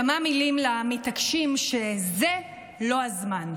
כמה מילים למתעקשים שזה לא הזמן.